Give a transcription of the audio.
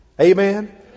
Amen